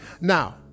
Now